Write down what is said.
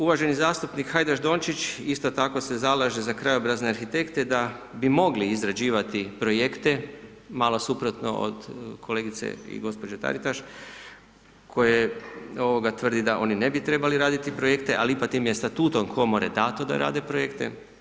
Uvaženi zastupnik Hajdaš Dončić isto tako se zalaže za krajobrazne arhitekte da bi mogli izrađivati projekte malo suprotno od kolegice i gospođe Taritaš koje ovoga tvrdi da oni ne bi trebali raditi projekte, ali tim je Statutom Komore dato da rade projekte.